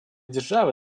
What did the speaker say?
державы